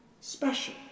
special